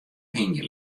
hingje